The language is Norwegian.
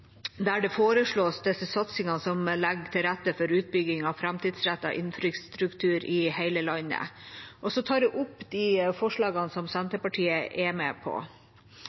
der det foreslås disse satsingene som legger til rette for utbygging av framtidsrettet infrastruktur i hele landet. Jeg tar opp de forslagene Senterpartiet er med på.